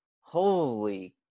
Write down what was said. Holy